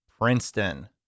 Princeton